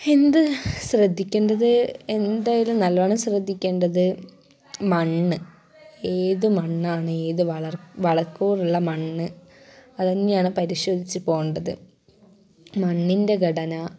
എന്ത് ശ്രദ്ധിക്കേണ്ടത് എന്തായാലും നല്ലോണം ശ്രദ്ധിക്കേണ്ടത് മണ്ണ് ഏത് മണ്ണാണ് ഏത് വളക്കൂറുള്ള മണ്ണ് അത് തന്നെയാണ് പരിശോധിച്ചു പോകേണ്ടത് മണ്ണിൻ്റെ ഘടന